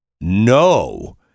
no